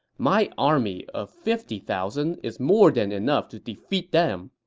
my army of fifty thousand is more than enough to defeat them.